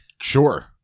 Sure